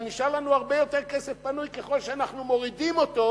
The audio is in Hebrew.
גם נשאר לנו הרבה יותר כסף פנוי ככל שאנחנו מורידים אותו,